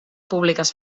públiques